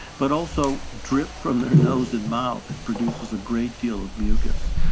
but also drip from their nose and mouth. it produces a great deal of mucus.